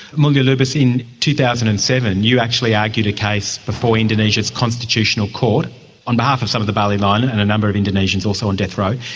mulya lubis, in two thousand and seven you actually argued a case before indonesia's constitutional court on behalf of some of the bali nine and a number of indonesians also on death row,